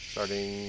Starting